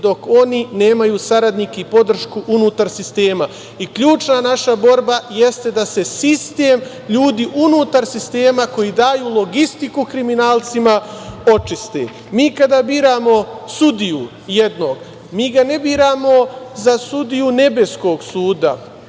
dok oni nemaju saradnike i podršku unutar sistema. Ključna naša borba jeste da se sistem, ljudi unutar sistema, koji daju logistiku kriminalcima, očiste. Mi kada biramo sudiju jednog, mi ga ne biramo za sudiju nebeskog suda